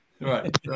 Right